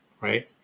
right